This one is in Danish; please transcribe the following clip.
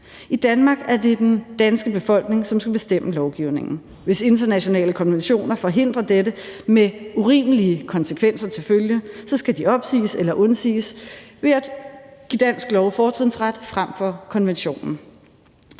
I Danmark er det den danske befolkning, som skal bestemme lovgivningen. Hvis internationale konventioner forhindrer dette med urimelige konsekvenser til følge, skal de opsiges eller undsiges ved at give dansk lov fortrinsret frem for konventionen.